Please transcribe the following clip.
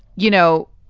you know,